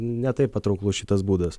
ne taip patrauklu šitas būdas